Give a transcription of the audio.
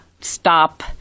stop